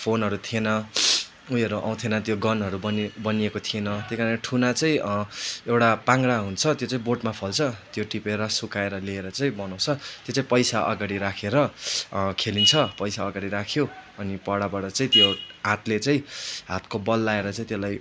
फोनहरू थिएन उयोहरू आउँथेन त्यो गनहरू बन्नि बनिएको थिएन त्यहीकारण ठुना चाहिँ एउटा पाङरा हुन्छ त्यो चाहिँ बोटमा फल्छ त्यो टिपेर सुकाएर ल्याएर चाहिँ बनाउँछ त्यो चाहिँ पैसा अगाडि राखेर खेलिन्छ पैसा अगाडि राख्यो अनि परबाट चाहिँ त्यो हातले चाहिँ हातको बल लाएर चाहिँ त्यसलाई